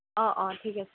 অ অ ঠিক আছে